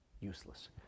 useless